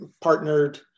partnered